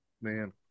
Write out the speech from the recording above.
man